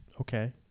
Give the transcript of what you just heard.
okay